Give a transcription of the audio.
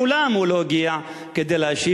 מעולם הוא לא הגיע כדי להשיב.